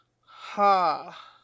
Ha